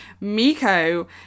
Miko